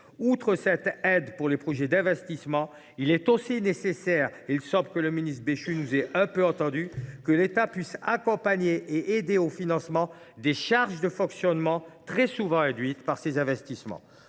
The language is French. Outre cette aide pour les projets d’investissement, il est également nécessaire – il semble que M. le ministre Christophe Béchu nous ait quelque peu entendus sur ce point – que l’État puisse accompagner et aider au financement des charges de fonctionnement très souvent induites par ces investissements.